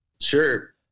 sure